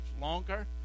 longer